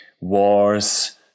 wars